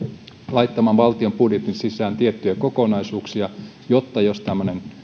laittamaan valtion budjetin sisään tiettyjä kokonaisuuksia jotta jos tämmöinen